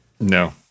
No